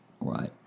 right